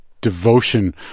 devotion